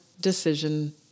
decision